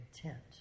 content